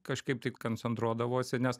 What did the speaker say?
kažkaip taip koncentruodavosi nes